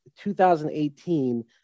2018